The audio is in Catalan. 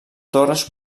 torres